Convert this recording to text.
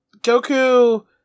Goku